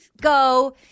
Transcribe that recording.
go